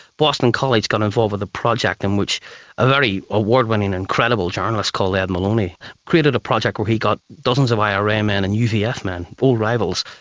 boston college got involved with a project in which a very award-winning and credible journalist called ed moloney created a project where he got dozens of ira men and uvf men, old rivals,